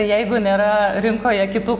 jeigu nėra rinkoje kitų